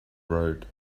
road